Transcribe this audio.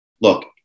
look